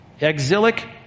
Exilic